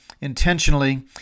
intentionally